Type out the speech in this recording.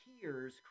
tears